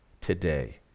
today